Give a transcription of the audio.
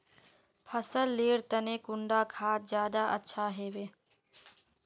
फसल लेर तने कुंडा खाद ज्यादा अच्छा हेवै?